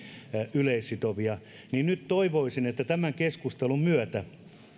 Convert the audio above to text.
yleissitovia ja nyt toivoisin että tämän keskustelun myötä